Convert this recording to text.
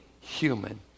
human